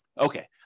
Okay